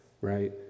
right